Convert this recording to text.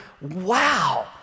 Wow